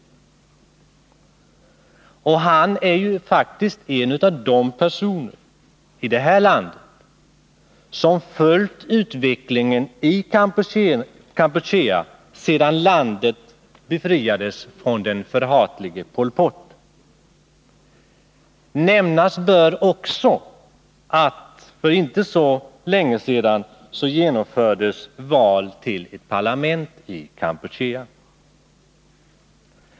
Han är ju faktiskt en av de personer i det här landet som följt utvecklingen i Kampuchea sedan landet befriades från den förhatlige Pol Pot. Nämnas bör också att för inte så länge sedan genomfördes val till ett parlament i Kampuchea.